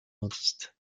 dentiste